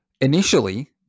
initially